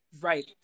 Right